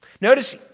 Notice